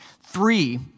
Three